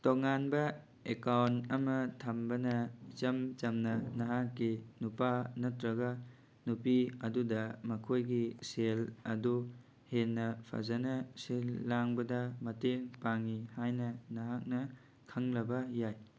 ꯇꯣꯉꯥꯟꯕ ꯑꯦꯀꯥꯎꯟ ꯑꯃ ꯊꯝꯕꯅ ꯏꯆꯝ ꯆꯝꯅ ꯅꯍꯥꯛꯀꯤ ꯅꯨꯄꯥ ꯅꯠꯇ꯭ꯔꯒ ꯅꯨꯄꯤ ꯑꯗꯨꯗ ꯃꯈꯣꯏꯒꯤ ꯁꯦꯜ ꯑꯗꯨ ꯍꯦꯟꯅ ꯐꯖꯅ ꯁꯤꯜ ꯂꯥꯡꯕꯗ ꯃꯇꯦꯡ ꯄꯥꯡꯉꯤ ꯍꯥꯏꯅ ꯅꯍꯥꯛꯅ ꯈꯪꯂꯕ ꯌꯥꯏ